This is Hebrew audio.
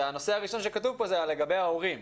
והנושא הראשון שכתוב פה זה לגבי ההורים.